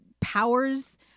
powers